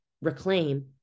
reclaim